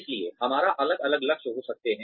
इसलिए हमारे अलग अलग लक्ष्य हो सकते हैं